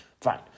Fine